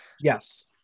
Yes